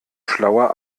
schlauer